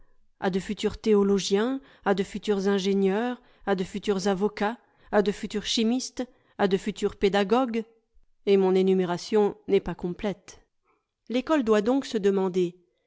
à de futurs théologiens à de futurs ingénieurs à de futurs avocats à de futurs chimistes à de futurs pédagogues et mon éiiuméralion n'est pas complète l'ecole doit donc se demander